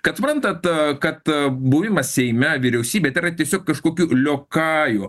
kad suprantat kad buvimas seime vyriausybėj tai yra tiesiog kažkokių liokajų